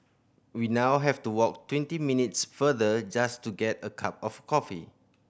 we now have to walk twenty minutes farther just to get a cup of coffee